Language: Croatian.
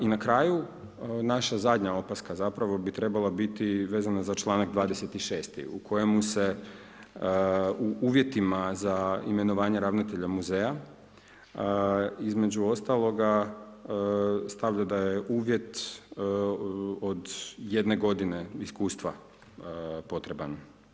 I na kraju, naša zadnja opaska zapravo bi trebala vezana za članak 26. u kojemu se u uvjetima za imenovanje ravnatelja muzeja, između ostaloga, stavlja da je uvjet od jedne godine iskustva potreban.